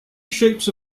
shapes